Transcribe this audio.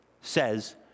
says